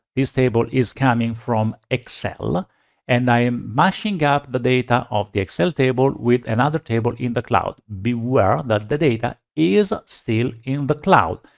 table is coming from excel and i am mashing up the data of the excel table with another table in the cloud. beware that the data is still in the cloud.